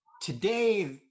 today